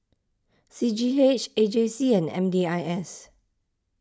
C G H A J C and M D I S